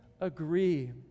agree